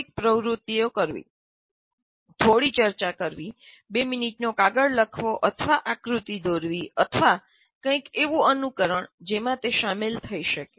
થોડીક પ્રવૃત્તિ કરવી થોડી ચર્ચા કરવી 2 મિનિટનો કાગળ લખવો અથવા આકૃતિ દોરવી અથવા કંઈક એવું અનુકરણ જેમાં તે શામેલ થઈ શકે